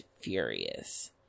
furious